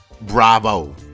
bravo